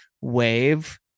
wave